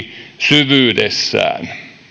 syvyydessään